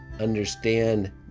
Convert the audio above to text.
understand